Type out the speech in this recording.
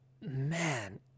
man